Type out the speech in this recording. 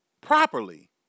properly